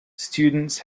students